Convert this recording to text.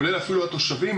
כולל אפילו התושבים.